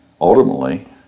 ultimately